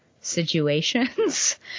situations